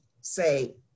say